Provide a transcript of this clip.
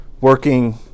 working